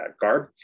garb